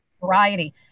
variety